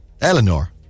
Eleanor